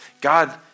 God